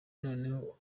noneho